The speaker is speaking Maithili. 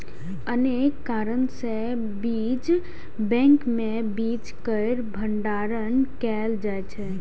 अनेक कारण सं बीज बैंक मे बीज केर भंडारण कैल जाइ छै